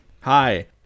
Hi